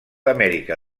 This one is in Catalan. amèrica